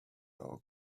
our